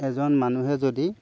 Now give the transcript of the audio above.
এজন মানুহে যদি